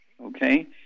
okay